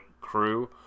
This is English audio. crew